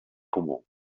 comú